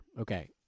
Okay